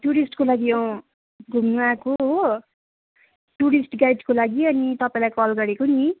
टुरिस्टको लागि अँ घुम्न आएको हो टुरिस्ट गाइडको लागि अनि तपाईँलाई कल गरेको नि